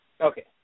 Okay